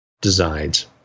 designs